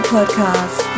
Podcast